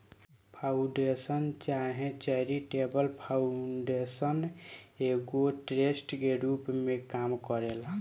foundation चाहे charitable foundation एगो trust के रूप में काम करेला